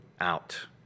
out